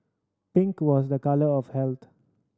pink was a colour of health